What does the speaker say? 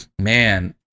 man